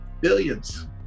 Billions